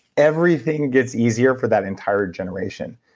everything gets easier for that entire generation.